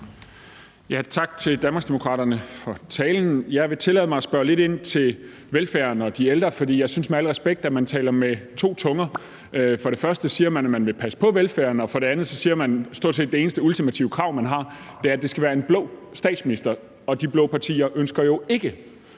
Joel (S): Tak til Danmarksdemokraterne for talen. Jeg vil tillade mig at spørge lidt ind til velfærden og de ældre, for jeg synes med al respekt, at man taler med to tunger. For det første siger man, at man vil passe på velfærden, og for det andet siger man, at det stort set eneste ultimative krav, man har, er, at det skal være en blå statsminister, og de blå partier ønsker jo ikke